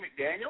McDaniel